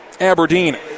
Aberdeen